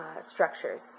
structures